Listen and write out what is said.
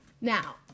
Now